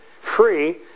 free